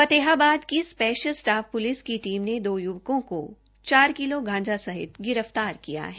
फतेहाबाद की special staff police की team ने दो युवकों को चार किलो गांजा सहित गिरफ्तार किया है